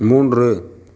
மூன்று